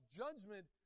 judgment